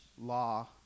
law